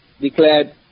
declared